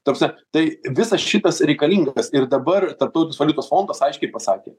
ta prasme tai visas šitas reikalingas ir dabar tarptautinis valiutos fondas aiškiai pasakė